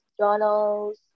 journals